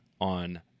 on